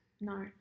No